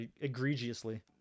egregiously